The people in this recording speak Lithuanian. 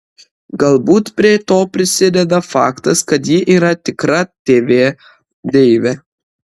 galbūt prie to prisideda faktas kad ji yra tikra tv deivė